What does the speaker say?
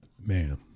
man